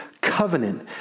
covenant